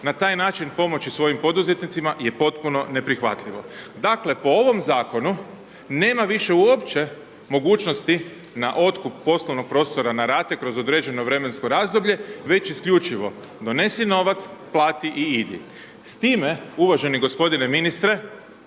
na taj način pomoći svojim poduzetnicima, je potpuno neprihvatljivo. Dakle, po ovom Zakonu nema više uopće mogućnosti na otkup poslovnog prostora na rate kroz određeno vremensko razdoblje, već isključivo donesi novac, plati i idi. S time, uvaženi gospodine ministre,